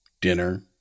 dinner